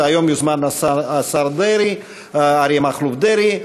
והיום הוזמן השר אריה מכלוף דרעי.